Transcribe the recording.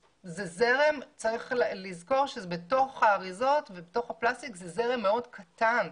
צריך לזכור שבתוך האריזות ובתוך הפלסטיק זה זרם מאוד קטן.